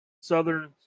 southern